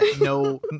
No